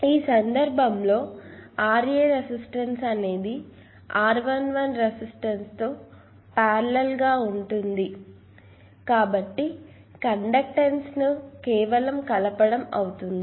ఈ సందర్భంలో Ra resistance అనేది R11 రెసిస్టన్స్ తో పారలెల్ గా ఉంటుంది అని చాలా స్పష్టంగా ఉంటుంది కాబట్టి కండక్టెన్స్ ను కేవలం కలపడం అవుతుంది